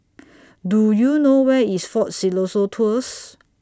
Do YOU know Where IS Fort Siloso Tours